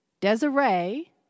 Desiree